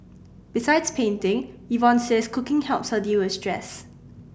besides painting Yvonne says cooking helps her deal with stress